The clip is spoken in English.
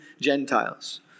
Gentiles